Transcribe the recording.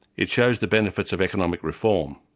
it shows the benefits of economic reform.